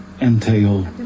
entail